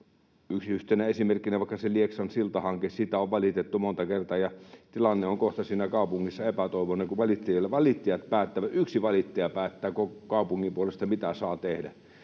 Yhtenä esimerkkinä vaikka Lieksan siltahanke: siitä on valitettu monta kertaa, ja tilanne on kohta siinä kaupungissa epätoivoinen, kun yksi valittaja päättää koko kaupungin puolesta, mitä saa tehdä.